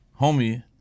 homie